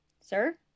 Sir